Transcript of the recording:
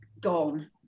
gone